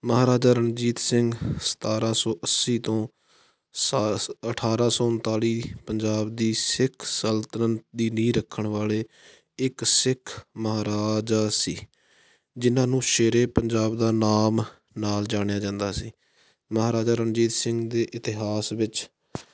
ਮਹਾਰਾਜਾ ਰਣਜੀਤ ਸਿੰਘ ਸਤਾਰ੍ਹਾਂ ਸੌ ਅੱਸੀ ਤੋਂ ਸ ਅਠਾਰ੍ਹਾਂ ਸੌ ਉਨਤਾਲੀ ਪੰਜਾਬ ਦੀ ਸਿੱਖ ਸਲਤਨਤ ਦੀ ਨੀਂਹ ਰੱਖਣ ਵਾਲੇ ਇੱਕ ਸਿੱਖ ਮਹਾਰਾਜਾ ਸੀ ਜਿਨ੍ਹਾਂ ਨੂੰ ਸ਼ੇਰੇ ਪੰਜਾਬ ਦਾ ਨਾਮ ਨਾਲ ਜਾਣਿਆ ਜਾਂਦਾ ਸੀ ਮਹਾਰਾਜਾ ਰਣਜੀਤ ਸਿੰਘ ਦੇ ਇਤਿਹਾਸ ਵਿੱਚ